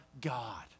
God